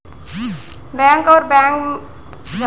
Bank अऊ गैर banking म कोन बैंक ले लोन लेहे बर बने होथे?